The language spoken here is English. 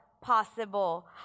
possible